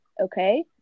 okay